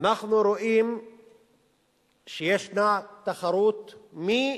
אנחנו רואים שישנה תחרות מי